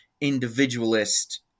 individualist